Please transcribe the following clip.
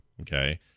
Okay